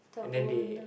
and then they